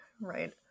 right